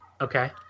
Okay